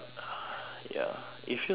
ya it feels like prison